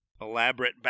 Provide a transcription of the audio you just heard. elaborate